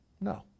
No